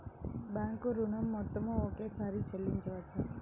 Bank ఋణం మొత్తము ఒకేసారి చెల్లించవచ్చా?